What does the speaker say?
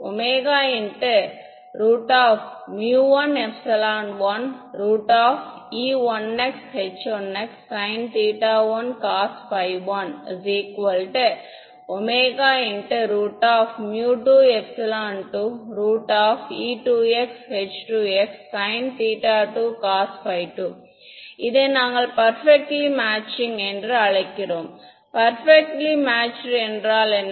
𝛚11e1x h1xsinθ1 cos ϕ1 𝛚22 e2x h2xsinθ2 cos ϕ2 இதை நாங்கள் perfectly matching என்று அழைக்கிறோம் பெர்பெக்ட்லி மேட்சுடு என்றால் என்ன